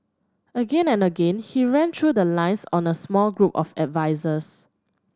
again and again he ran through the lines on a small group of advisers